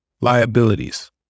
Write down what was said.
liabilities